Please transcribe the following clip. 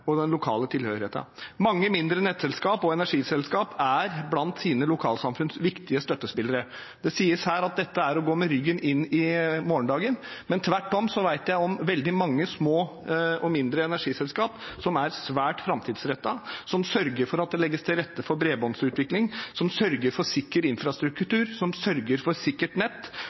og den lokale tilhørigheten. Mange mindre nettselskap og energiselskap er blant sine lokalsamfunns viktige støttespillere. Det sies her at dette er å gå med ryggen inn i morgendagen. Tvert om vet jeg om veldig mange små og mindre energiselskap som er svært framtidsrettet, som sørger for at det legges til rette for bredbåndsutvikling, som sørger for sikker infrastruktur, og som sørger for et sikkert nett